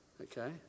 okay